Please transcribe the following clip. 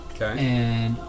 Okay